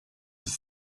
ist